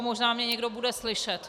Možná mě někdo bude slyšet.